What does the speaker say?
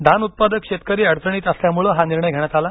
धान उत्पादक शेतकरी अडचणीत असल्यामुळे हा निर्णय घेण्यात आला